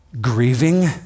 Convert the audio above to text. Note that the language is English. grieving